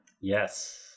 Yes